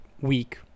week